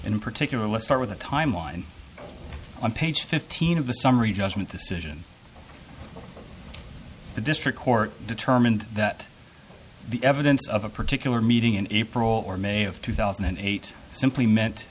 in particular let's start with a timeline on page fifteen of the summary judgment decision the district court determined that the evidence of a particular meeting in april or may of two thousand and eight simply meant